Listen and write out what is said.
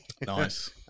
Nice